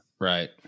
Right